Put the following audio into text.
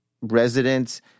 residents –